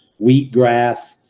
wheatgrass